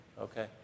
okay